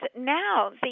now